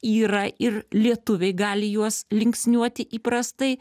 yra ir lietuviai gali juos linksniuoti įprastai